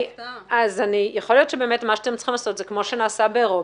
יכול להיות שמה שאתם צריכים לעשות זה כמו שנעשה באירופה.